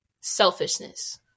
Selfishness